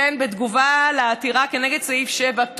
בתגובה על עתירה כנגד סעיף 7,